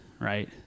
right